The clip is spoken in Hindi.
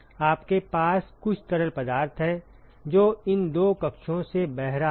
आपके पास कुछ तरल पदार्थ है जो इन दो कक्षों से बह रहा है